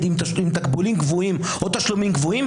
עם תקבולים גבוהים או תשלומים גבוהים,